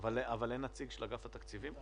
אין פה נציג של אגף התקציבים?